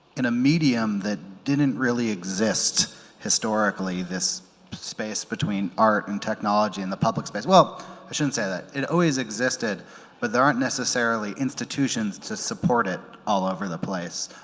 in a medium that didn't really exist historically this space between art and technology and the public space well i shouldn't say that it always existed but there aren't necessarily institutions to support it all over the place